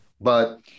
But-